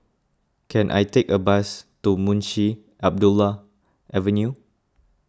can I take a bus to Munshi Abdullah Avenue